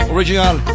Original